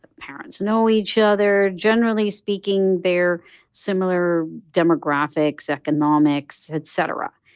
ah parents know each other, generally speaking, they're similar demographics, economics, et cetera.